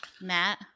Matt